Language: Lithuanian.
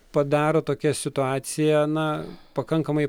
padaro tokią situaciją na pakankamai